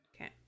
Okay